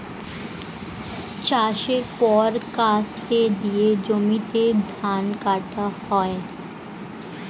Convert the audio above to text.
চাষের পর কাস্তে দিয়ে জমিতে ধান কাটা হয়